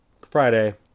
Friday